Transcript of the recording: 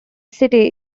city